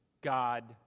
God